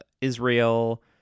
Israel